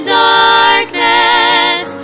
darkness